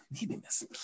Neediness